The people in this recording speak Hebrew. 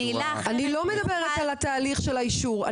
אני לא מדברת על התהליך של האישור,